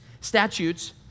statutes